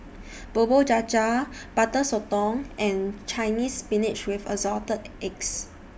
Bubur Cha Cha Butter Sotong and Chinese Spinach with Assorted Eggs